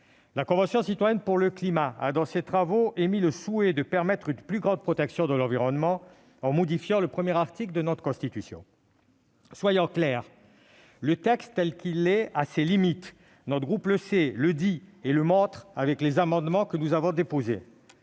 La Convention citoyenne pour le climat, dans ses travaux, a émis le souhait de permettre une plus grande protection de l'environnement la modification du premier article de notre Constitution. Soyons clairs : le texte, tel qu'il est, a ses limites. Notre groupe le sait, le dit et le montre à travers les amendements qu'il a déposés.